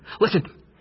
Listen